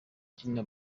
ikina